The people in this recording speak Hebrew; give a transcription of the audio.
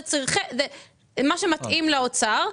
זה מה שמתאים לאוצר,